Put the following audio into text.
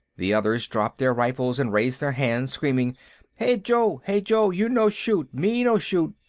the others dropped their rifles and raised their hands, screaming hey, joe! hey, joe! you no shoot, me no shoot!